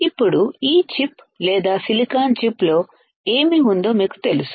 ఇప్పుడు ఈ చిప్ లేదా సిలికాన్ చిప్ లో ఏమి ఉందో మీకు తెలుసు